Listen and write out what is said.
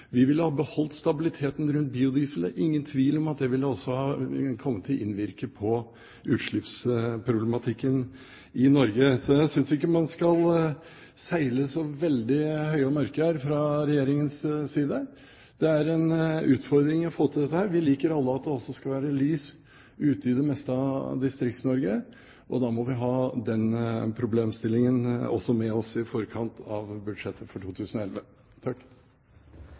Vi ville ha beholdt stabiliteten rundt biodiesel. Det er ingen tvil om at det ville ha kommet til å innvirke på utslippsproblematikken i Norge. Så jeg synes ikke man skal seile så veldig høye og mørke her fra Regjeringens side. Det er en utfordring å få til dette. Vi liker alle at det også skal være lys ute i det meste av Distrikts-Norge, og da må vi også ha den problemstillingen med oss i forkant av budsjettet for 2011.